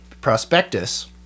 Prospectus